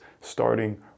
starting